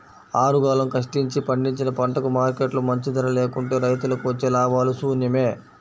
ఆరుగాలం కష్టించి పండించిన పంటకు మార్కెట్లో మంచి ధర లేకుంటే రైతులకు వచ్చే లాభాలు శూన్యమే